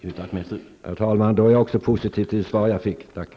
Herr talman! Då är jag också positiv till det svar jag fick. Tack!